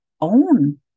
own